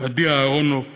אדי אהרונוף